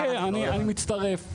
אוקיי, אני מצטרף.